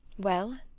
well?